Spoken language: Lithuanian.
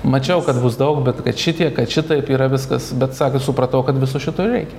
mačiau kad bus daug bet kad šitiek kad šitaip yra viskas bet sako supratau kad viso šito reikia